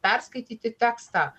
perskaityti tekstą